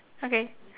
okay